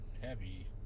heavy